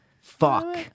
Fuck